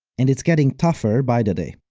and it's getting tougher by the day.